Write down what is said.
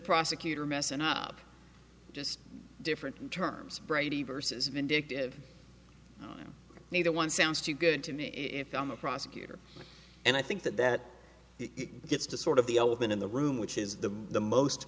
prosecutor messing up just different in terms of brady versus vindictive neither one sounds too good to me if i'm a prosecutor and i think that that it gets to sort of the elephant in the room which is the the most